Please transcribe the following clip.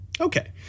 Okay